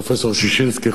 פרופסור ששינסקי,